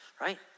right